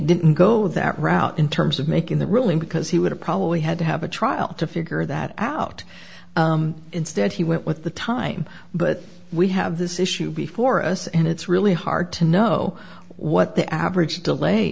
didn't go that route in terms of making the ruling because he would have probably had to have a trial to figure that out instead he went with the time but we have this issue before us and it's really hard to know what the average delay